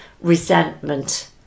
resentment